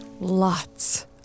Lots